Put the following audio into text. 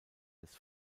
des